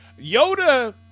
Yoda